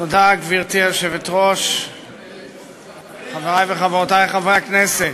גברתי היושבת-ראש, תודה, חברי וחברותי חברי הכנסת,